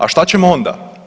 A šta ćemo onda?